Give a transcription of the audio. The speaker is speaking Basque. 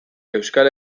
euskal